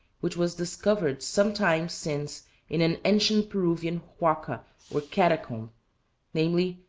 which was discovered some time since in an ancient peruvian huaca or catacomb namely,